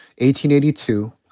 1882